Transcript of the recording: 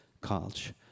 College